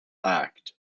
act